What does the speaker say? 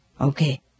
Okay